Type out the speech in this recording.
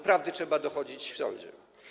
Prawdy trzeba dochodzić w sądzie.